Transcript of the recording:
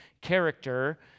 character